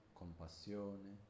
compassione